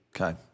Okay